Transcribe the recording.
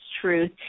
truth